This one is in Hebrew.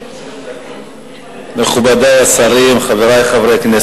מכובדי השרים, חברי חברי הכנסת,